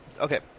okay